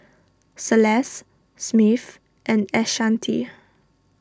Celeste Smith and Ashanti